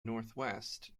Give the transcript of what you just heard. northwest